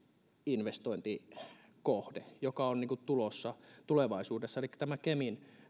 investointikohde joka on tulossa tulevaisuudessa elikkä tämä kemin